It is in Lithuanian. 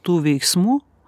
tų veiksmų